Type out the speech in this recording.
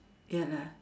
ya lah